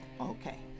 Okay